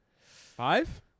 Five